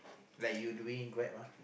like you doing Grab ah